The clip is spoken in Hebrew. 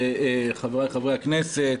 חבריי חברי הכנסת,